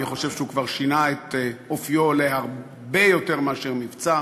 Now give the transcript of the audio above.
אני חושב שהוא כבר שינה את אופיו להרבה יותר מאשר מבצע,